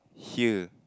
here